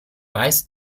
weiß